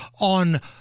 on